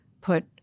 put